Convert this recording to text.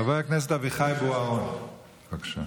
חבר הכנסת אביחי בוארון, בבקשה.